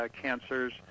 cancers